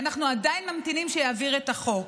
ואנחנו ממתינים שיעביר את החוק,